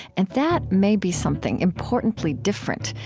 and that may be something importantly different,